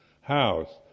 house